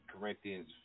Corinthians